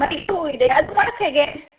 ಮಲ್ಗೆ ಹೂ ಇದೆಯಾ ಅದು ಮೊಳಕ್ಕೆ ಹೇಗೆ